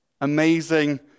Amazing